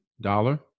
dollar